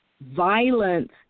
violence